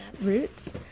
roots